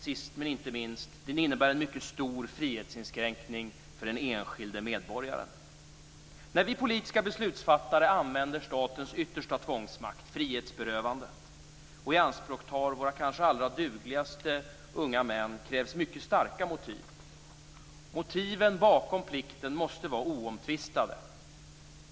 Sist men inte minst innebär pliktsystemet också en mycket stor frihetsinskränkning för den enskilde medborgaren. När vi politiska beslutsfattare använder statens yttersta tvångsmakt, frihetsberövandet, och ianspråktar våra kanske allra dugligaste unga män krävs mycket starka motiv. Motiven bakom plikten måste vara oomtvistade.